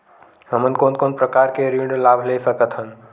हमन कोन कोन प्रकार के ऋण लाभ ले सकत हन?